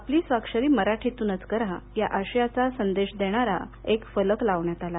आपली स्वाक्षरी मराठीतूनच करा या आशयाचा संदेश देणारा एक फलक लावण्यात आला